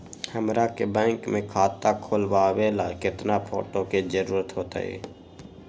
हमरा के बैंक में खाता खोलबाबे ला केतना फोटो के जरूरत होतई?